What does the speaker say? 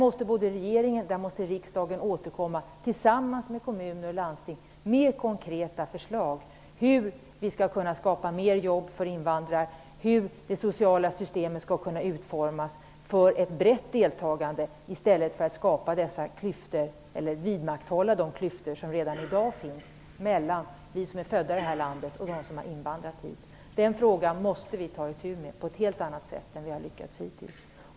Men både regering och riksdag måste tillsammans med kommuner och landsting återkomma med konkreta förslag om hur vi skall kunna skapa fler jobb för invandrare och hur det sociala systemet skall kunna utformas för ett brett deltagande, i stället för att vidmakthålla de klyftor som redan i dag finns mellan oss som är födda i Sverige och dem som invandrat till Sverige. Den frågan måste vi ta itu med på ett helt annat sätt än vi lyckats med hittills.